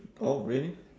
oh really